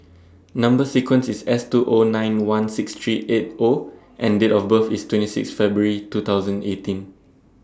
Number sequence IS S two O nine one six three eight O and Date of birth IS twenty six February two thousand eighteen